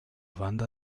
banda